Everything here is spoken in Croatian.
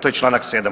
To je članak 7.